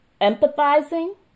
empathizing